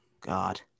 God